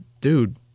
dude